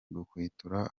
guhwitura